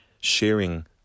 sharing